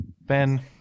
Ben